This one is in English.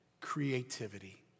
creativity